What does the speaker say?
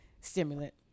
stimulant